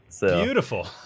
Beautiful